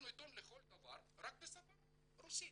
אנחנו עיתון לכל דבר, רק בשפה הרוסית.